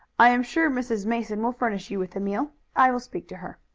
i am sure mrs. mason will furnish you with a meal. i will speak to her.